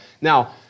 Now